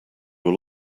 will